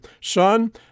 Son